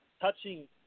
touching